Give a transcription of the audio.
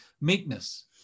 meekness